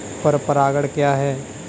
पर परागण क्या है?